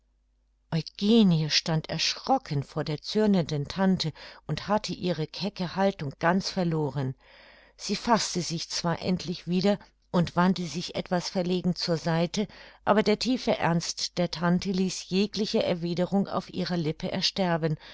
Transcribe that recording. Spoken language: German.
stand erschrocken vor der zürnenden tante und hatte ihre kecke haltung ganz verloren sie faßte sich zwar endlich wieder und wandte sich etwas verlegen zur seite aber der tiefe ernst der tante ließ jegliche erwiderung auf ihrer lippe ersterben